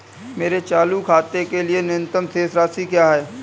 मेरे चालू खाते के लिए न्यूनतम शेष राशि क्या है?